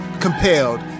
Compelled